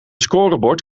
scorebord